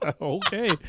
Okay